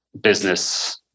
business